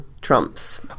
Trump's